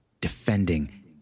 defending